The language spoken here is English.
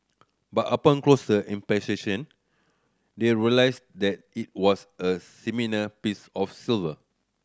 but upon closer they realised that it was a piece of silver